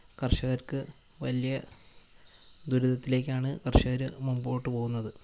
കർഷകർക്ക് വലിയ ദുരിതത്തിലേക്കാണ് കർഷകർ മുമ്പോട്ട് പോകുന്നത്